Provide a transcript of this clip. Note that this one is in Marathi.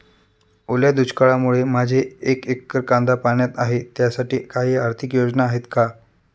ओल्या दुष्काळामुळे माझे एक एकर कांदा पाण्यात आहे त्यासाठी काही आर्थिक योजना आहेत का?